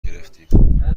گرفتیم